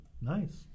Nice